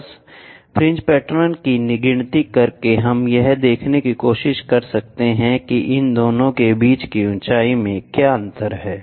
बस fringe pattern की गिनती करके हम यह देखने की कोशिश कर सकते हैं कि इन दोनों के बीच की ऊंचाई में क्या अंतर है